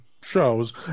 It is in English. shows